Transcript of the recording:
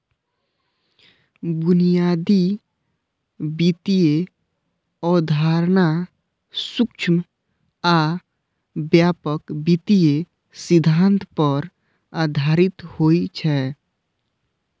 बुनियादी वित्तीय अवधारणा सूक्ष्म आ व्यापक वित्तीय सिद्धांत पर आधारित होइ छै